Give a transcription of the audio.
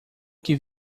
que